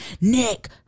Nick